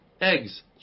eggs